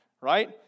Right